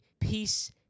peace